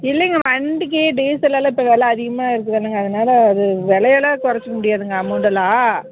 இல்லைங்க வண்டிக்கு டீசல் எல்லாம் இப்போ வில அதிகமாக இருக்குதானங்க அதனால அது விலையெல்லாம் குறச்சிக்க முடியாதுங்க அமௌண்டெல்லாம்